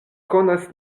konas